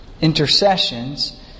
intercessions